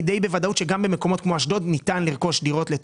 די בוודאות שגם במקומות כמו אשדוד ניתן לרכוש דירות.